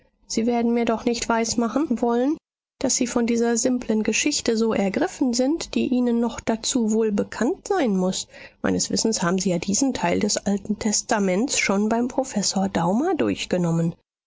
sie werden mir doch nicht weismachen wollen daß sie von dieser simpeln geschichte so ergriffen sind die ihnen noch dazu wohlbekannt sein muß meines wissens haben sie ja diesen teil des alten testaments schon beim professor daumer durchgenommen